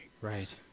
right